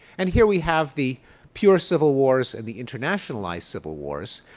and here we have the pure civil wars and the internationalized civil wars.